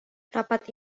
rapat